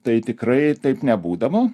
tai tikrai taip nebūdavo